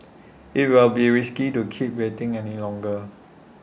IT will be risky to keep waiting any longer